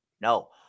No